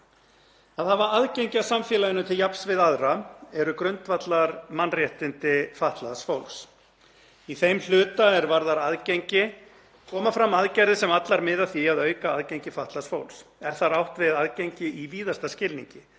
Að hafa aðgengi að samfélaginu til jafns við aðra eru grundvallarmannréttindi fatlaðs fólks. Í þeim hluta er varðar aðgengi koma fram aðgerðir sem allar miða að því að auka aðgengi fatlaðs fólks. Er þar átt við aðgengi í víðasta skilningi;